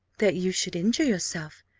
that you should injure yourself.